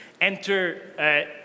Enter